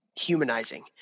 humanizing